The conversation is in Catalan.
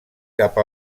cap